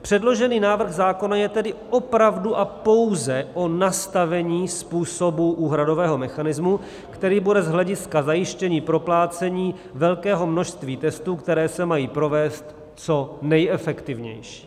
Předložený návrh zákona je tedy opravdu a pouze o nastavení způsobu úhradového mechanismu, který bude z hlediska zajištění proplácení velkého množství testů, které se mají provést, co nejefektivnější.